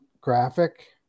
graphic